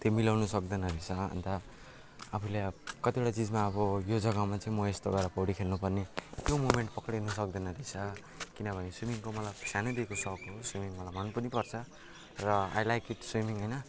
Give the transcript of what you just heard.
त्यो मिलाउनु सक्दैन रहेछ अन्त आफूले कतिवटा चिजमा अब यो जगामा चाहिँ म यस्तो गरेर पौडी खेल्नु पर्ने त्यो मोमेन्ट पक्रिन सक्दैन रहेछ किनभने सुइमिङको मलाई सानैदेखिको सोक हो सुइमिङ मलाई मन पनि पर्छ र आई लाइक इट सुइमिङ होइन